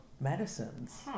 medicines